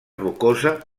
rocosa